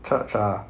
church ah